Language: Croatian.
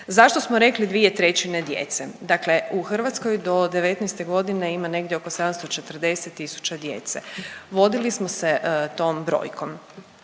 Zašto smo rekli 2/3 djece? Dakle, u Hrvatskoj do '19. godine ima negdje oko 740 tisuća djece, vodili smo se tom brojkom.